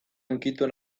hunkitu